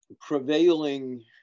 prevailing